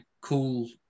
cool